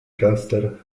gangster